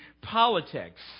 politics